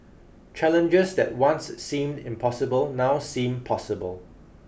challenges that once seemed impossible now seem possible